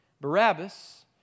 Barabbas